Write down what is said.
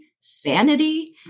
sanity